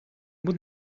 moet